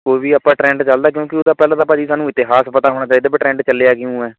ਕੋਈ ਵੀ ਆਪਾਂ ਟ੍ਰੈਂਡ ਚੱਲਦਾ ਕਿਉਂਕਿ ਉਹਦਾ ਤਾਂ ਪਹਿਲਾਂ ਤਾਂ ਭਾਅ ਜੀ ਸਾਨੂੰ ਇਤਿਹਾਸ ਪਤਾ ਹੋਣਾ ਚਾਹੀਦਾ ਵੀ ਟ੍ਰੈਂਡ ਚੱਲਿਆ ਕਿਉਂ ਹੈ